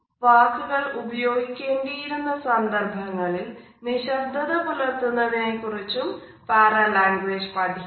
വാക്കുകൾ ഉപയോഗിക്കേണ്ടിയിരുന്ന സന്ദർഭങ്ങളിൽ നിശബ്ദത പുലർത്തുന്നതിനെ കുറിച്ചും പാരാലാങ്ഗ്വേജ് പഠിക്കുന്നു